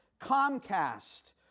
Comcast